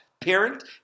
Parent